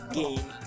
game